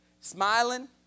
smiling